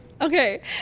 Okay